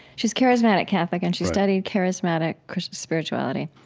she was charismatic catholic and she studied charismatic christian spirituality.